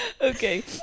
okay